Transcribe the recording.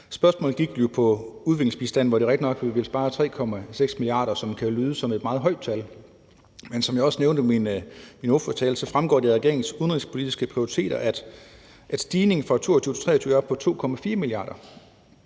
Spørgsmålet gik jo på ulandsbistanden, og det er rigtigt nok, at vi vil spare 3,6 mia. kr., som kan lyde som et meget højt tal. Men som jeg også nævnte i min ordførertale, fremgår det af regeringens udenrigspolitiske prioriteter, at stigningen fra 2022-2023 er på 2,4 mia. kr.